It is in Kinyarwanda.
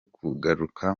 kugaruka